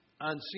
on